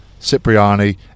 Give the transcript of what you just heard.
Cipriani